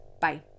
Bye